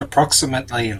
approximately